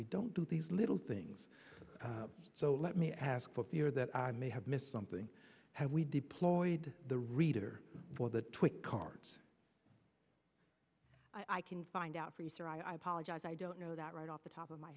we don't do these little things so let me ask for fear that i may have missed something we deployed the reader for the twenty cards i can find out for you sir i apologize i don't know that right off the top of my